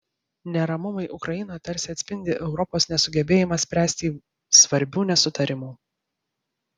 neramumai ukrainoje tarsi atspindi europos nesugebėjimą spręsti svarbių nesutarimų